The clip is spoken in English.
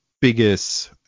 biggest